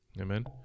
Amen